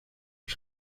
los